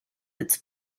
its